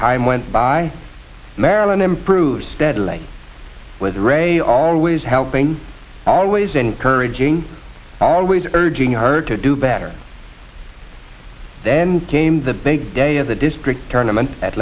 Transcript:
time went by marilyn improved steadily with the ray always helping always encouraging always urging her to do better then came the big day as a district tournaments at